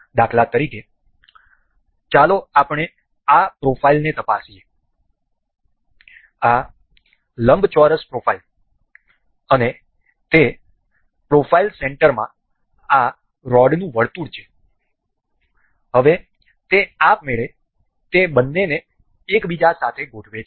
દાખલા તરીકે ચાલો આપણે આ પ્રોફાઇલને તપાસીએ આ લંબચોરસ પ્રોફાઇલ અને તે પ્રોફાઇલ સેન્ટરમાં આ રોડનું વર્તુળ છે હવે તે આપમેળે તે બંનેને એકબીજા સાથે ગોઠવે છે